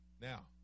Now